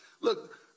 Look